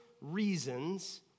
reasons